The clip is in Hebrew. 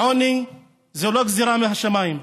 עוני זו לא גזרה מהשמיים.